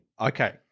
okay